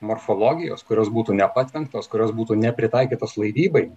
morfologijos kurios būtų nepatvenktos kurios būtų nepritaikytos laivybai